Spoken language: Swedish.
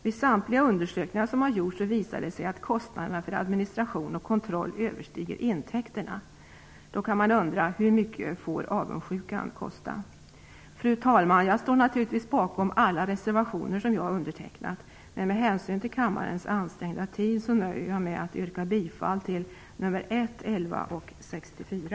Vid samtliga undersökningar har det visat sig att kostnaderna för administration och kontroll överstiger intäkterna. Då kan man undra: Hur mycket får avundsjukan kosta? Fru talman! Jag står naturligtvis bakom alla reservationer som jag har undertecknat, men med hänsyn till kammarens ansträngda tid nöjer jag mig med att yrka bifall till 1, 11 och 64.